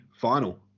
final